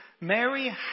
Mary